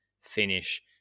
finish